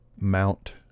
Mount